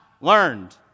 learned